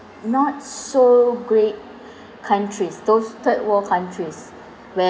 not so great countries those third world countries where